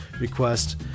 request